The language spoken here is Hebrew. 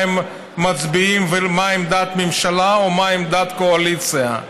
הם מצביעים ומה עמדת הממשלה או מה עמדת הקואליציה.